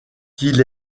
qu’il